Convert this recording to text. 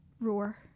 Roar